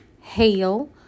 Hail